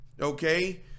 Okay